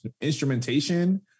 instrumentation